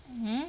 mmhmm